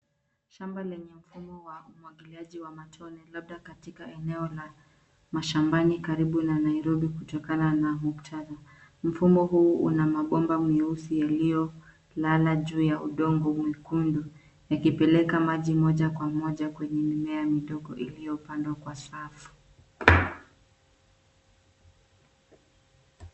Shamba lenye mfumo wa umwagiliaji wa matone labda katika eneo la mashambani karibu na Nairobi kutokana na muktadha. Mfumo huu una mabomba meusi yaliyo lala juu ya udongo mwekundu yakipeleka maji moja kwa moja kwenye mimea midogo iliyopandwa kwa safu.